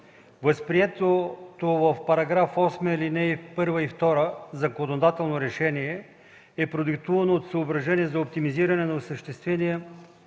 Възприетото в § 8, ал. 1 и 2 законодателно решение е продиктувано от съображения за оптимизиране на осъществявания